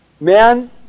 man